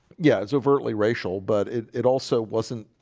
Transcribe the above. yeah, it's overtly racial but it it also wasn't,